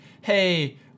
hey